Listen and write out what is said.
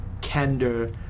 candor